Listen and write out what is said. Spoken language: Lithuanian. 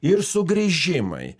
ir sugrįžimai